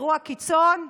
אירוע קיצון,